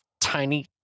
tiny